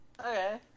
Okay